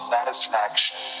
Satisfaction